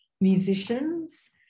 Musicians